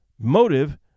Motive